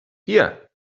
hier